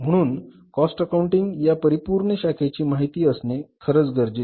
म्हणून cost accounting या परिपूर्ण शाखेची माहिती असणे खरंच गरजेचे आहे